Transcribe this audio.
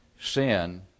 Sin